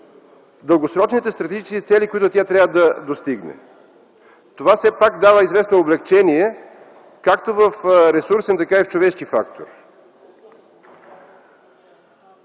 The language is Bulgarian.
дългосрочните стратегически цели, които тя трябва да достигне. Това все пак дава известно облекчение както в ресурсен, така и в човешки фактор.